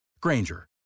Granger